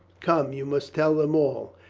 come, you must tell them all,